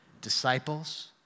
Disciples